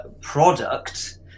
product